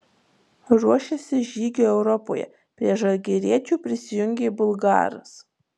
ruošiasi žygiui europoje prie žalgiriečių prisijungė bulgaras